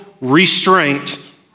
restraint